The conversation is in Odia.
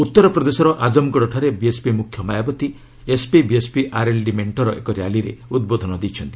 ଉତ୍ତରପ୍ରଦେଶର ଆଜମଗଡ଼ଠାରେ ବିଏସ୍ପି ମୁଖ୍ୟ ମାୟାବତୀ ଏସ୍ପି ବିଏସ୍ପି ଆର୍ଏଲ୍ଡି ମେଣ୍ଟର ଏକ ର୍ୟାଲିରେ ଉଦ୍ବୋଧନ ଦେଇଛନ୍ତି